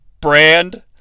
brand